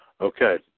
Okay